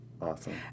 Awesome